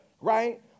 Right